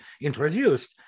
introduced